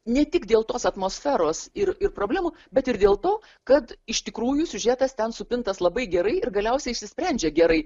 ne tik dėl tos atmosferos ir ir problemų bet ir dėl to kad iš tikrųjų siužetas ten supintas labai gerai ir galiausiai išsisprendžia gerai